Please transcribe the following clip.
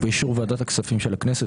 ובאישור ועדת הכספים של הכנסת,